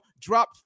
drop